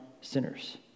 sinners